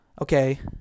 Okay